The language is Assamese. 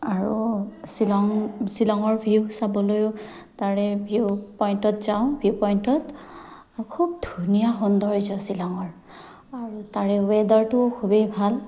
আৰু শ্বিলং শ্বিলঙৰ ভিউ চাবলৈও তাৰে ভিউ পইণ্টত যাওঁ ভিউ পইণ্টত আৰু খুব ধুনীয়া সৌন্দৰ্য শ্বিলঙৰ আৰু তাৰে ৱেডাৰটোও খুবেই ভাল